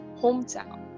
hometown